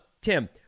Tim